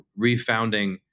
refounding